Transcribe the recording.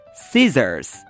scissors